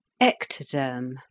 ECTODERM